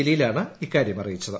ജലീലാണ് ഇക്കാര്യം അറിയിച്ചത്